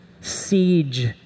siege